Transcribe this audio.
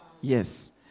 Yes